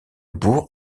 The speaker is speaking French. bourg